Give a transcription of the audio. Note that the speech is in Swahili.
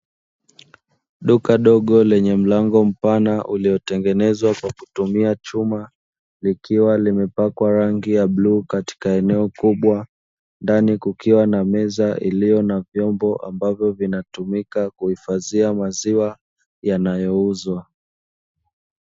Duka dogo lenye mlango mpana uliotengenezwa kwa kutumia chuma, likiwa limepakwa rangi ya bluu katika eneo kubwa, ndani kukiwa na meza iliyo na vyombo ambavyo vinatumika kuhifadhia maziwa yanayouzwa.